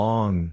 Long